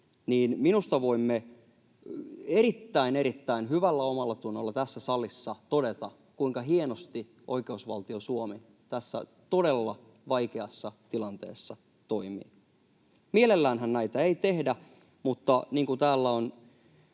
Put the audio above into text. niin minusta voimme erittäin, erittäin hyvällä omallatunnolla tässä salissa todeta, kuinka hienosti oikeusvaltio Suomi tässä todella vaikeassa tilanteessa toimii. Mielelläänhän näitä ei tehdä, mutta niin kuin täällä on